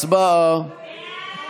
הצבעה.